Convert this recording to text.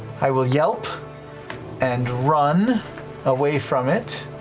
i will yelp and run away from it,